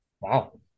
Wow